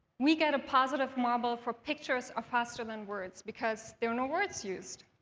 we get a positive marble for pictures are faster than words, because there are no words used.